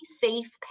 safe